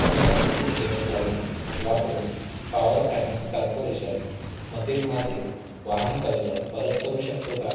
मी Axis Bank लाईम वापरून Power Finance कॉर्पोरेशनमधील माझे वाहन कर्ज परत करू शकतो का